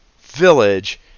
village